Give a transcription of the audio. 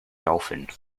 dolphin